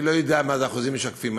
אני לא יודע מה זה אחוזים משקפים.